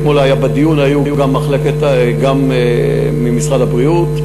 אתמול בדיון היו גם ממשרד הבריאות.